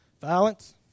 Violence